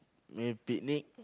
maybe picnic